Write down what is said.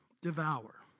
devour